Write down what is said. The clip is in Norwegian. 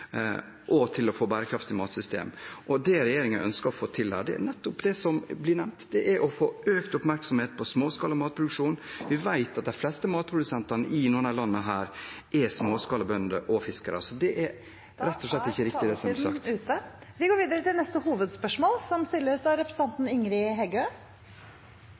og til å få et bærekraftig matsystem. Det regjeringen ønsker å få til her, er nettopp det som ble nevnt – å få økt oppmerksomhet på småskala matproduksjon. Vi vet de fleste matprodusentene i noen av disse landene er småskalabønder og fiskere. Det er rett og slett ikke riktig det som ble sagt. Vi går videre til neste hovedspørsmål.